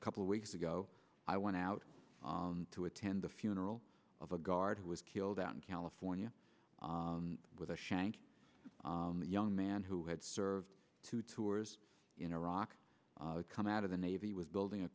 a couple of weeks ago i went out to attend the funeral of a guard was killed out in california with a shank young man who had served two tours in iraq come out of the navy was building a